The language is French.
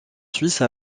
suisse